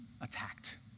attacked